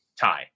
tie